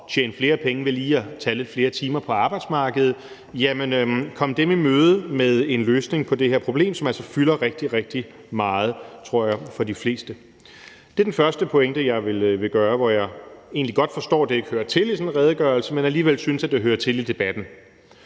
tjene flere penge ved lige at tage lidt flere timer på arbejdsmarkedet – og komme dem i møde med en løsning på det her problem, som altså fylder rigtig, rigtig meget, tror jeg, for de fleste. Det er den første pointe, jeg vil komme med, og jeg forstår egentlig godt, at det ikke hører til i sådan en redegørelse, men synes alligevel, at det hører til i debatten.